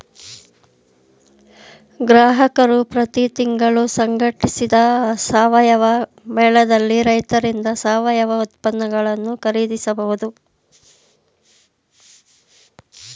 ಗ್ರಾಹಕರು ಪ್ರತಿ ತಿಂಗಳು ಸಂಘಟಿಸಿದ ಸಾವಯವ ಮೇಳದಲ್ಲಿ ರೈತರಿಂದ ಸಾವಯವ ಉತ್ಪನ್ನಗಳನ್ನು ಖರೀದಿಸಬಹುದು